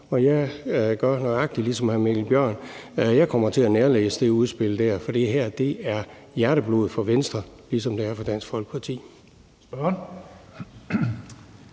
Jeg gør nøjagtig ligesom hr. Mikkel Bjørn, jeg kommer til at nærlæse det udspil, for det her er hjerteblod for Venstre, ligesom det er for Dansk Folkeparti.